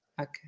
Okay